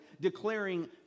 declaring